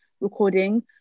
recording